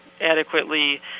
adequately